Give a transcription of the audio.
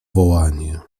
wołanie